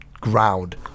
Ground